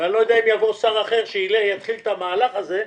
ואני לא יודע אם יבוא שר אחר שיתחיל את המהלך הזה,